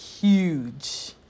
huge